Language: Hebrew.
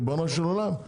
ריבונו של עולם.